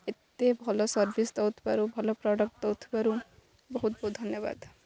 ଏତେ ଭଲ ସର୍ଭିସ୍ ଦେଉଥିବାରୁ ଭଲ ପ୍ରଡ଼କ୍ଟ ଦେଉଥିବାରୁ ବହୁତ ବହୁତ ଧନ୍ୟବାଦ